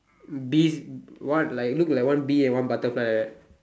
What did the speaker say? bees what like look like one bee and one butterfly like that